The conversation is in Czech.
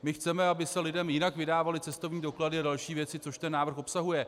My chceme, aby se lidem jinak vydávaly cestovní doklady a další věci, což ten návrh obsahuje.